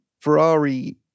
Ferrari